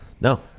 No